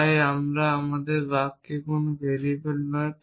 তারা আমার বাক্যে কোন ভেরিয়েবল নয়